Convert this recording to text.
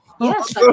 yes